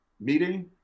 meeting